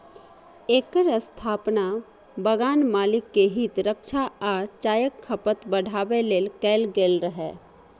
एकर स्थापना बगान मालिक के हित रक्षा आ चायक खपत बढ़ाबै लेल कैल गेल रहै